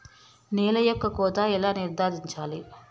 నేల యొక్క కోత ఎలా నిర్ధారించాలి?